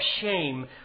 shame